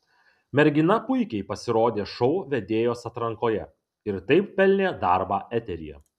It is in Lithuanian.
mergina puikiai pasirodė šou vedėjos atrankoje ir taip pelnė darbą eteryje